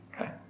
Okay